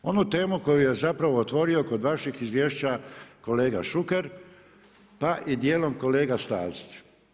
Onu temu koju je zapravo otvorio kod vaših izvješća kolega Šuker, pa i dijelom kolega Stazić.